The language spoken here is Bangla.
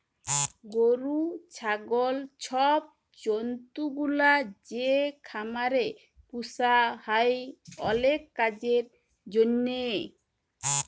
গরু, ছাগল ছব জল্তুগুলা যে খামারে পুসা হ্যয় অলেক কাজের জ্যনহে